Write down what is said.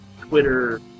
Twitter